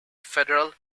federal